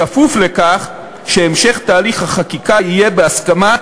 בכפוף לכך שהמשך תהליך החקיקה יהיה בהסכמת